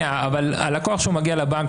כשהלקוח מגיע לבנק,